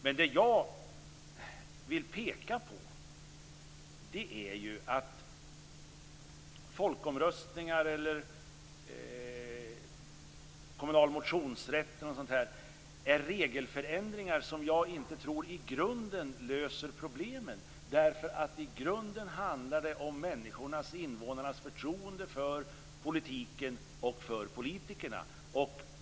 Men det jag vill peka på är att beslut om folkomröstningar eller kommunal motionsrätt är regelförändringar som jag inte tror i grunden löser problemen, därför att det i grunden handlar om människornas - invånarnas - förtroende för politiken och för politikerna.